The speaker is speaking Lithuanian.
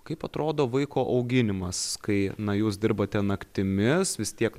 kaip atrodo vaiko auginimas kai na jūs dirbate naktimis vis tiek